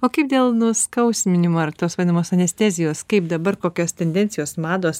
o kaip dėl nuskausminimo ar tos vadinamos anestezijos kaip dabar kokios tendencijos mados